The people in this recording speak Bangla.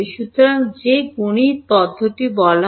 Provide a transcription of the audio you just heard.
সুতরাং যে গণিত পদ্ধতি বলা হয়